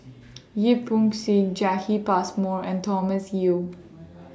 Yip Pin Xiu Passmore and Thomas Yeo